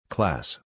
Class